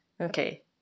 Okay